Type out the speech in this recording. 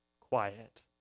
quiet